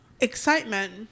Excitement